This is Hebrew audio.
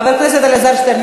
חבר הכנסת אלעזר שטרן,